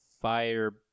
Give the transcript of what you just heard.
fire